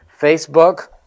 Facebook